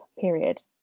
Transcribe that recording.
period